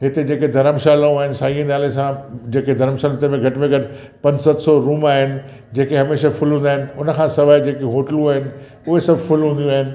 हिते जेके धर्मशालाऊं आहिनि साईंअ जे नाले सां जेके धर्मशाला जंहिंमें घटि में घटि पंज सत सौ रुम आहिनि जेके हमेशा फुल हूंदा आहिनि उन खां सवाइ जेके होटलूं आहिनि उहे सभु फुल हूंदियूं आहिनि